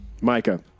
Micah